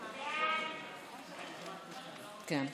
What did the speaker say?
בעד, 41,